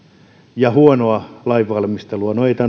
ja huonoa lainvalmistelua no ei tainnut olla ihan niillä sanoilla mutta